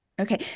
Okay